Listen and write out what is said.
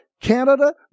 Canada